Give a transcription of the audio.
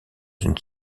une